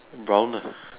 brown lah